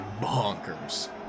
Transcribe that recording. bonkers